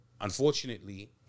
unfortunately